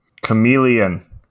Chameleon